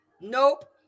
Nope